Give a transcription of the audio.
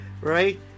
right